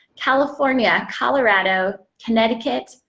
california, colorado, connecticut,